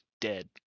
dead